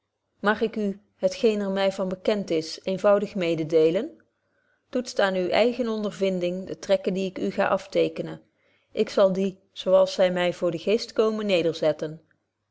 mag ik u het geen er my van bekend is eenvoudig mededeelen toetst aan uwe eigen ondervinding de trekken die ik u ga aftekenen ik zal die zo als zy my voor den geest komen